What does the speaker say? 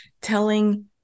telling